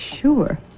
sure